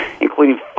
including